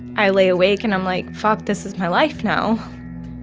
i lay awake. and i'm like, fuck. this is my life now.